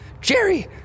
Jerry